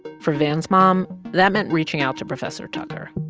for van's mom, that meant reaching out to professor tucker